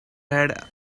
had